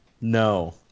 No